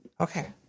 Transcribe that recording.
Okay